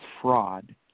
fraud